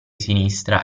sinistra